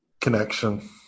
connection